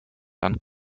dann